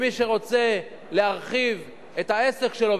עם מי שרוצה להרחיב את העסק שלו,